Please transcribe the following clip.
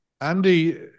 Andy